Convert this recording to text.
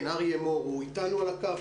אין טעם לדבר ביחד.